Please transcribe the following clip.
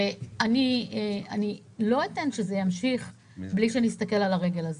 אני לא אתן שזה ימשיך בלי שנסתכל על הרגל הזאת,